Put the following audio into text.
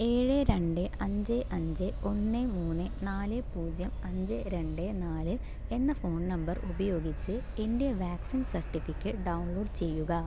ഏഴ് രണ്ട് അഞ്ച് അഞ്ച് ഒന്ന് മൂന്ന് നാല് പൂജ്യം അഞ്ച് രണ്ട് നാല് എന്ന ഫോൺ നമ്പർ ഉപയോഗിച്ച് എൻ്റെ വാക്സിൻ സർട്ടിഫിക്കറ്റ് ഡൗൺലോഡ് ചെയ്യുക